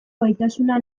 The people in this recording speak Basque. gaitasuna